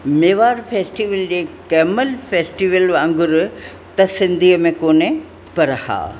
Mewar festival जे camel festival वांगुरु त सिंधीअ में कोन्हे पर हा